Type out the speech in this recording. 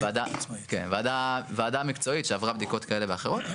וועדה מקצועית שעברה בדיקות כאלה ואחרות,